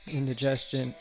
Indigestion